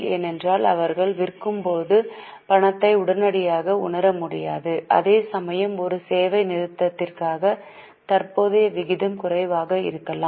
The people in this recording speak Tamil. ஏனென்றால் அவர்கள் விற்கும்போது பணத்தை உடனடியாக உணரமுடியாது அதேசமயம் ஒரு சேவை நிறுவனத்திற்கு தற்போதைய விகிதம் குறைவாக இருக்கலாம்